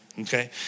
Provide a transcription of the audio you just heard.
Okay